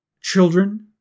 children